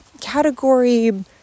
category